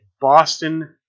Boston